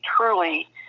truly